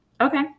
Okay